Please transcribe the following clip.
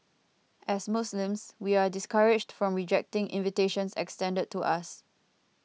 as Muslims we are discouraged from rejecting invitations extended to us